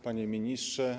Panie Ministrze!